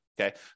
Okay